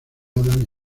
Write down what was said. adam